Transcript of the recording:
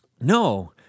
no